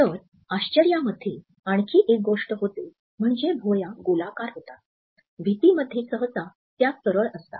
तर आश्चर्यामध्ये आणखी एक गोष्ट होते म्हणजे भुवया गोलाकार होतात भीतीमध्ये सहसा त्या सरळ असतात